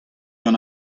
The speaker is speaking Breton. gant